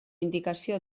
indicació